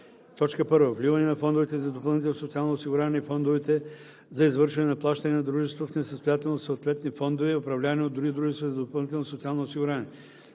план за: 1. вливане на фондовете за допълнително социално осигуряване и фондовете за извършване на плащания на дружеството в несъстоятелност в съответни фондове, управлявани от други дружества за допълнително социално осигуряване;